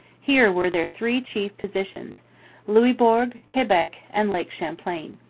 here were their three chief positions louisbourg, quebec, and lake champlain.